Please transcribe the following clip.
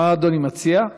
מה אדוני מציע?